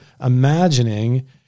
imagining